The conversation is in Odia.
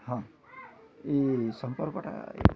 ହଁ ଏ ସମ୍ପର୍କଟା